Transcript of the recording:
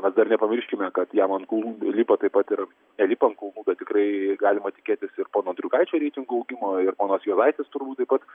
mes dar nepamirškime kad jam ant kulnų lipa taip pat ir ne lipa ant kulnų bet tikrai galima tikėtis ir pono andriukaičio reitingų augimo ir ponas juozaitis turbūt taip pat